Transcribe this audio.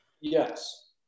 Yes